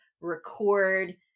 record